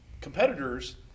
competitors